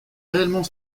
réellement